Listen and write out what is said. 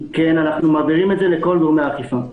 כן, אנחנו מעבירים את זה לכל גורמי האכיפה.